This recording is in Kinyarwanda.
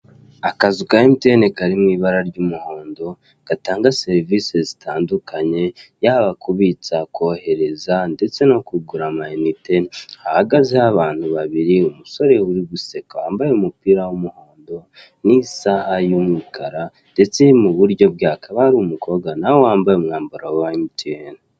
Akazu ka Emutiyeni kari mu ibara ry'umuhondo, gatanga serivise zitandukanye, yaba kubitsa, kohereza, ndetse nokugura amayinite, hahagaze ho abantu babiri, umusore uri guseka wambaye umupira w'umuhondo n'isaha y'umukara, ndeste iburyo bwe hakaba hari umukobwa nawe wambaye umwambaro wa Emutiyene.